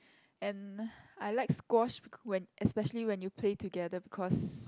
and I like squash beca~ when especially when you play together because